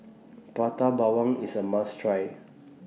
Prata Bawang IS A must Try